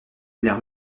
l’air